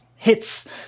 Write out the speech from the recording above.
hits